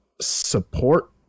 support